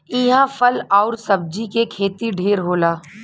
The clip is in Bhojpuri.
इहां फल आउर सब्जी के खेती ढेर होला